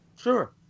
Sure